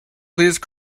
please